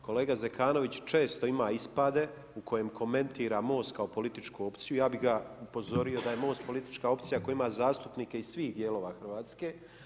238 [[Upadica Radin: Dobro.]] Kolega Zekanović često ima ispade u kojem komentira MOST kao političku opciju, ja bi ga upozorio da je MOST politička opcija koja ima zastupnike iz svih dijelova Hrvatske.